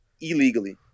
Illegally